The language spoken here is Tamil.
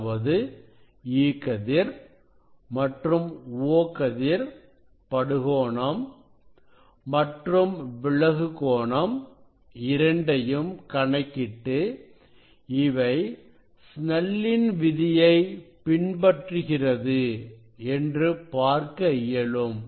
அதாவது E கதிர் மற்றும் O கதிர் படுகோணம் மற்றும் விலகு கோணம் இரண்டையும் கணக்கிட்டு இவை சினெல்லின் விதியை பின்பற்றுகிறது என்று பார்க்க இயலும்